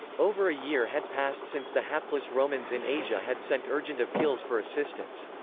over a year had passed since the hapless romans in asia had sent urgent appeals for assistance.